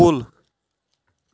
کُل